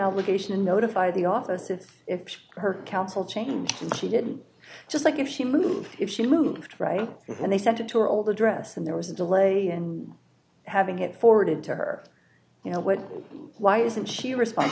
obligation to notify the office if if her counsel changed and she didn't just like if she moved if she moved right and they sent it to old address and there was a delay in having it forwarded to her you know what why isn't she respond